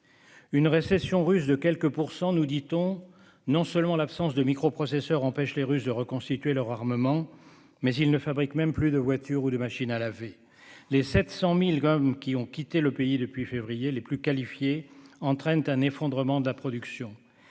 Une récession russe de quelques pour cent, nous dit-on ? Non seulement l'absence de microprocesseurs empêche les Russes de reconstituer leur armement, mais ils ne fabriquent même plus de voitures ou de machines à laver. Les 700 000 hommes qui ont quitté le pays depuis février, les plus qualifiés, entraînent un effondrement de la production.